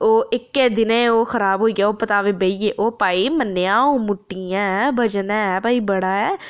ओह् इक्कै दिनै चओह् खराब होई आ ओह् पतावे बेही गे ओह् भाई ओ मन्नेआ अ'ऊं मुट्टी हैं बजन है भाई बड़ा ऐ